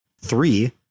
three